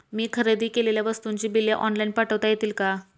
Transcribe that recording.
मी खरेदी केलेल्या वस्तूंची बिले ऑनलाइन पाठवता येतील का?